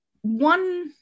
one